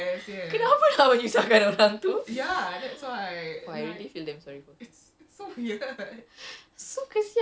macam macam like if it does not add to the plot right kenapa nak bagi sangat orang tu